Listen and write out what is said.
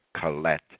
Colette